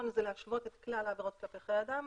להשוות את כלל העבירות כלפי חיי אדם,